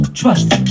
trust